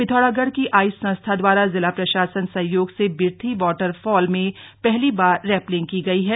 पिथौरागढ़ की आइस संस्था द्वारा जिला प्रशासन सहयोग से बिर्थी वाटर फॉल में पहली बार रैपलिंग की गई है